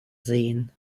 sehen